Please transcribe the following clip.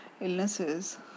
illnesses